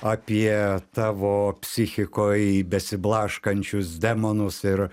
apie tavo psichikoj besiblaškančius demonus ir